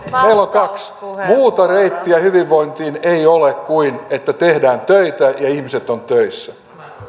kaksi muuta reittiä hyvinvointiin ei ole kuin että tehdään töitä ja ihmiset ovat töissä